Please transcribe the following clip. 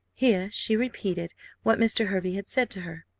here she repeated what mr. hervey had said to her.